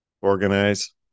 Organize